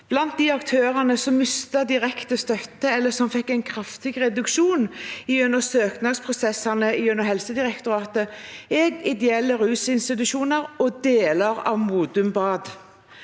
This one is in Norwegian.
Blant de aktørene som mistet direkte støtte eller fikk en kraftig reduksjon gjennom søknadsprosessene i Helsedirektoratet, er ideelle rusinstitusjoner og deler av Modum Bad.